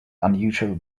unusual